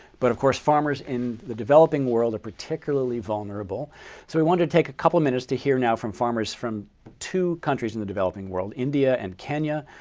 but of course farmers in the developing world are particularly vulnerable so we wanted to take a couple of minutes to hear now from farmers from two countries in the developing world, india and kenya.